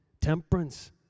temperance